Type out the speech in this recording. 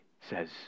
says